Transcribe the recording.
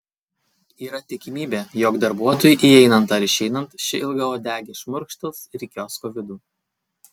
yra tikimybė jog darbuotojui įeinant ar išeinant ši ilgauodegė šmurkštels ir į kiosko vidų